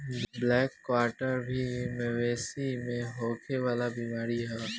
black quarter भी मवेशी में होखे वाला बीमारी ह